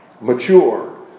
mature